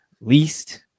least